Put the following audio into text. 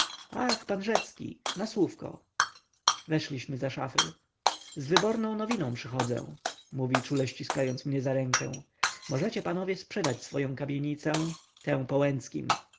pan rzecki na słówko weszliśmy za szafy z wyborną nowiną przychodzę mówi czule ściskając mnie za rękę możecie panowie sprzedać swoję kamienicę tę